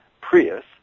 Prius